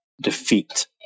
defeat